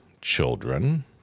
children